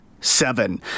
seven